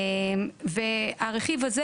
עוד פעם,